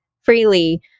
freely